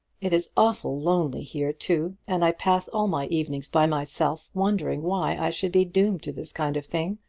it is awful lonely here, too, and i pass all my evenings by myself, wondering why i should be doomed to this kind of thing,